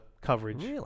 coverage